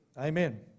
amen